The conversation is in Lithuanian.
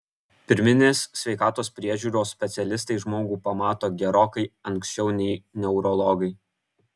pirminės sveikatos priežiūros specialistai žmogų pamato gerokai anksčiau nei neurologai